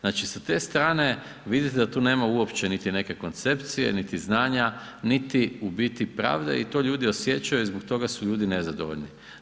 Znači sa te strane vidite da tu nema uopće niti neke koncepcije, niti znanja, niti u biti pravde i to ljudi osjećaju i zbog toga su ljudi nezadovoljni.